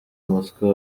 umutwe